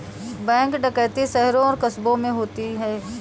bank डकैती शहरों और कस्बों में होती है